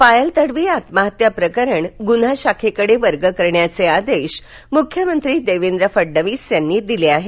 पायल तडवी आत्महत्या प्रकरण क्राईम ब्रांचकडे वर्ग करण्याचे आदेश मुख्यमंत्री देवेंद्र फडणवीस यांनी दिले आहेत